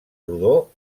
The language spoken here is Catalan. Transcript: rodó